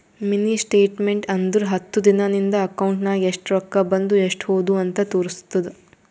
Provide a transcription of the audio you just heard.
mini statement ಅಂದುರ್ ಹತ್ತು ದಿನಾ ನಿಂದ ಅಕೌಂಟ್ ನಾಗ್ ಎಸ್ಟ್ ರೊಕ್ಕಾ ಬಂದು ಎಸ್ಟ್ ಹೋದು ಅಂತ್ ತೋರುಸ್ತುದ್